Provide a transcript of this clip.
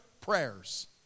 prayers